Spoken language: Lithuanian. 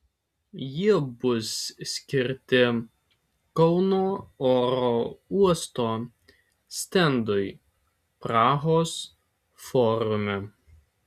jie bus skirti kauno oro uosto stendui prahos forume